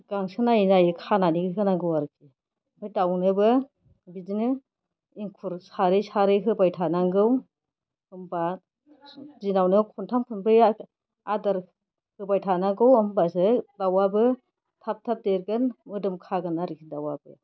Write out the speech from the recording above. गांसो नायै नायै खानानै होनांगौ आरोखि ओमफ्राय दाउनोबो बिदिनो एंखुर सारै सारै होबाय थानांगौ होनबा दिनावनो खन्थाम खन्ब्रैया आदार होबाय थानांगौ होनबासो दाउआबो थाब थाब देरगोन मोदोम खागोन आरोखि दाउआबो